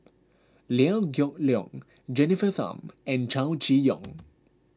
Liew Geok Leong Jennifer Tham and Chow Chee Yong